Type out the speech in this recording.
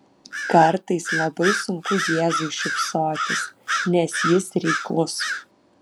kartais labai sunku jėzui šypsotis nes jis reiklus